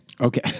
Okay